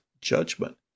judgment